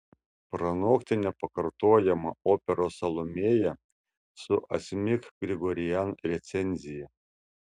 pranokti nepakartojamą operos salomėja su asmik grigorian recenzija